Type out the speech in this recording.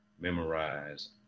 memorize